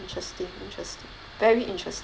interesting interesting very interest